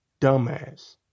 dumbass